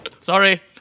Sorry